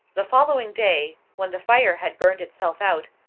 the following day, when the fire had burned itself out,